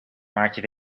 maartje